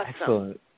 Excellent